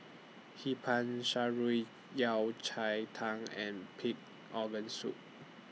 Hee Pan Shan Rui Yao Cai Tang and Pig Organ Soup